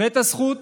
ואת הזכות